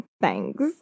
thanks